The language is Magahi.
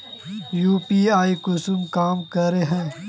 यु.पी.आई कुंसम काम करे है?